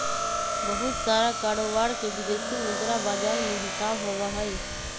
बहुत सारा कारोबार के विदेशी मुद्रा बाजार में हिसाब होबा हई